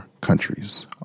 countries